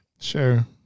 Sure